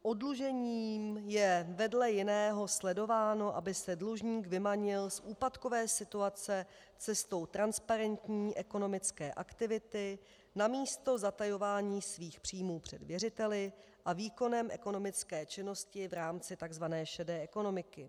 Oddlužením je vedle jiného sledováno, aby se dlužník vymanil z úpadkové situace cestou transparentní ekonomické aktivity namísto zatajování svých příjmů před věřiteli a výkonem ekonomické činnosti v rámci tzv. šedé ekonomiky.